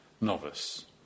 novice